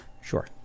sure